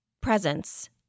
Presence